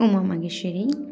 Uma Maheswari